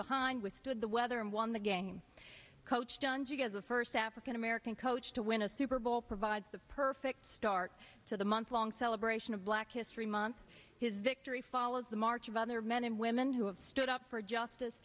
behind withstood the weather and won the game coach dungy as the first african american coach to win a super bowl provides the perfect start to the month long celebration of black history month his victory follows the march of other men and women who have stood up for justice